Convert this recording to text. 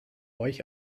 euch